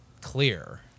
clear